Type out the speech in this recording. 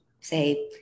say